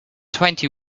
twenty